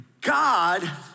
God